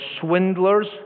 swindlers